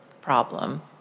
problem